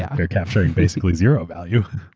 yeah they're capturing basically zero value,